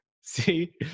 see